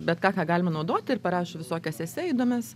bet ką ką galima naudoti ir parašo visokias esė įdomias